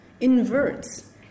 inverts